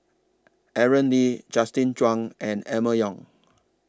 Aaron Lee Justin Zhuang and Emma Yong